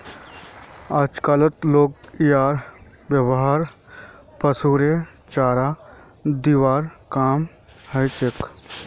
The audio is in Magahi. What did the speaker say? आजक लोग यार व्यवहार पशुरेर चारा दिबार काम हछेक